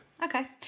Okay